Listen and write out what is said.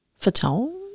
fatone